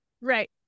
right